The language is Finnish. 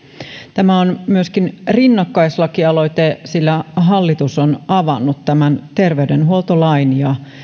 tämä on myöskin rinnakkaislaki aloite sillä hallitus on avannut tämän terveydenhuoltolain ja